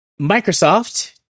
Microsoft